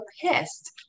pissed